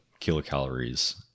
kilocalories